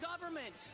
government